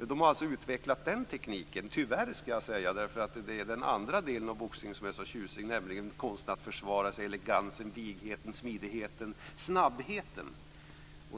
De har alltså utvecklat den tekniken, tyvärr ska jag säga. Det är den andra delen av boxningen som är tjusig, nämligen att konsten försvara elegansen, vigheten, smidigheten och snabbheten.